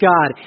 God